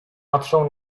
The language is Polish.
patrzą